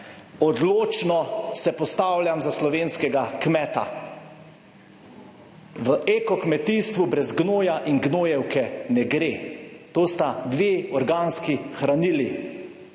Odločno se postavljam za slovenskega kmeta v eko kmetijstvu. Brez gnoja in gnojevke ne gre, to sta dve organski hranili,